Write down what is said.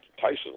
Tyson